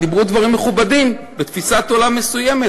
דיברו דברים מכובדים בתפיסת עולם מסוימת,